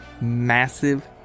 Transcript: massive